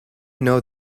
know